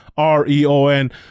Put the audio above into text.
R-E-O-N